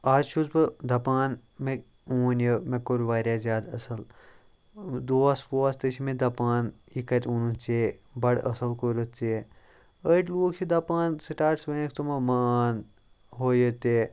آز چھُس بہٕ دَپان مےٚ اوٚن یہِ مےٚ کوٚر واریاہ زیادٕ اصٕل ٲں دوست ووست تہِ چھِ مےٚ دَپان یہِ کَتہِ اوٚنُتھ ژےٚ بَڑٕ اصٕل کوٚرُتھ ژےٚ أڑۍ لوٗکھ چھِ دَپان سٹارٹَس ونیٛوکھ تِمو مَہ اَن ہُو یہِ تہِ